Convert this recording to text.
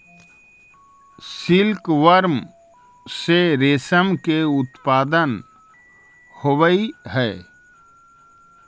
silkworm से रेशम के उत्पादन होवऽ हइ